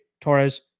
Torres